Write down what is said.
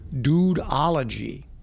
Dudeology